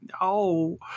no